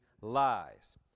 lies